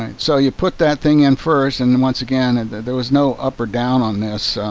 so you put that thing in first and once again and there was no up or down on this